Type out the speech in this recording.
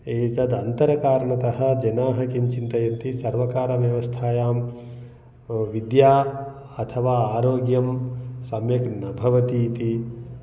एतदन्तरकारणतः जनाः किं चिन्तयन्ति सर्वकारव्यवस्थायां विद्या अथवा आरोग्यं सम्यक् न भवति इति